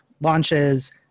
launches